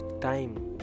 time